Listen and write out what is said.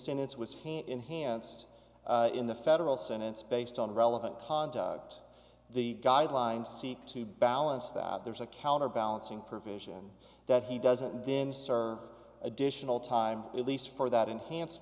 sentence was hand enhanced in the federal sentence based on relevant conduct the guidelines seek to balance that there's a counterbalancing provision that he doesn't then serve additional time released for that enhanced